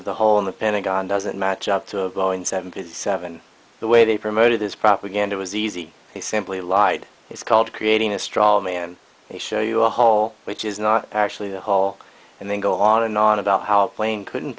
of the hole in the pentagon doesn't match up to a blow in seventy seven the way they promoted this propaganda was easy they simply lied it's called creating a straw man they show you a hole which is not actually the hole and then go on and on about how plain couldn't